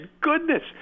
goodness